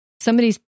somebody's